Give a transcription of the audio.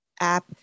app